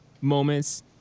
moments